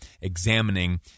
examining